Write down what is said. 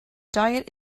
diet